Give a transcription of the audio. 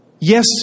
Yes